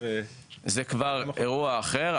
זה כבר אירוע אחר.